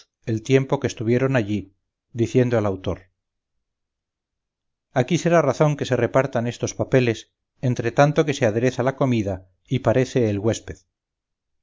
el tiempo que estuvieron allí diciendo al autor aquí será razón que se repartan estos papeles entretanto que se adereza la comida y parece el güésped